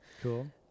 Cool